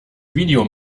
video